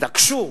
תתעקשו,